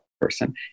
person